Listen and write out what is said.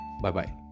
Bye-bye